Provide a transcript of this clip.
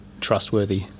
trustworthy